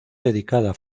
dedicada